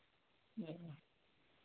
ᱚ